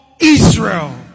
Israel